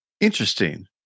interesting